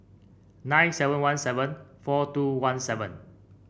nine seven one seven four two one seven